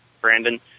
Brandon